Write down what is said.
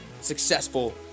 successful